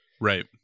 Right